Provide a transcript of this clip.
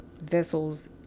vessels